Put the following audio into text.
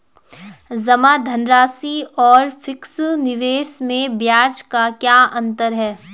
जमा धनराशि और फिक्स निवेश में ब्याज का क्या अंतर है?